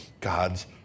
God's